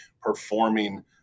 performing